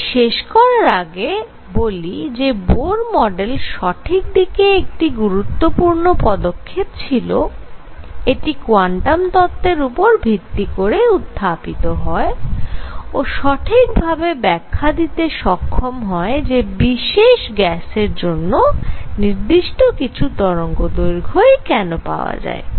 তাই শেষ করার আগে বলি যে বোর মডেল সঠিক দিকে একটি গুরুত্বপূর্ণ পদক্ষেপ ছিল এটি কোয়ান্টাম তত্ত্বের উপর ভিত্তি করে উত্থাপিত হয় ও সঠিক ভাবে ব্যাখ্যা দিতে সক্ষম হয় যে বিশেষ গ্যাসের জন্য নির্দিষ্ট কিছু তরঙ্গদৈর্ঘ্যই কেন পাওয়া যায়